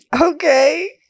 Okay